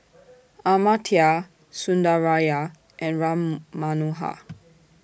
Amartya Sundaraiah and Ram Manohar